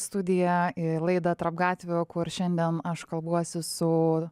studiją ir laidą tarp gatvių kur šiandien aš kalbuosi su